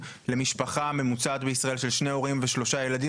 למשפחה ממוצעת בישראל של שני הורים ושלושה ילדים,